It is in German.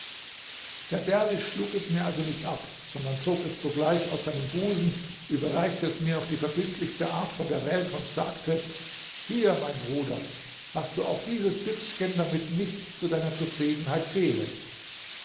der derwisch schlug es mir also nicht ab sondern zog es sogleich aus seinem busen überreichte es mir auf die verbindlichste art von der welt und sagte hier mein bruder hast du auch dieses büchschen damit nichts zu deiner zufriedenheit fehle